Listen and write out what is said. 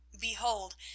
behold